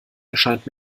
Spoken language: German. erscheint